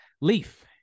Leaf